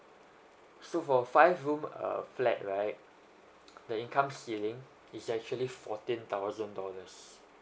so for five room uh a flat right the income ceilings is actually fourteen thousand dollars